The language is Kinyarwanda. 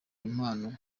impano